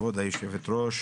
כבוד היושבת-ראש,